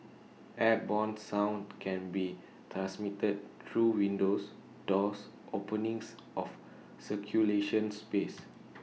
airborne sound can be transmitted through windows doors openings of circulation space